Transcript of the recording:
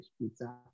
pizza